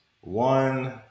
One